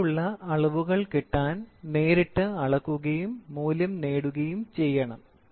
നേരിട്ടുള്ള അളവുകൾ കിട്ടാൻ നേരിട്ട് അളക്കുകയും മൂല്യം നേടുകയും ചെയ്യണം